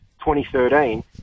2013